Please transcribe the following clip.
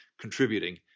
contributing